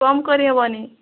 କମ କରି ହେବନି